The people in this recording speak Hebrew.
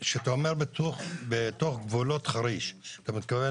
כשאתה אומר בתוך גבולות חריש אתה מתכוון